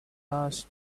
last